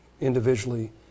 individually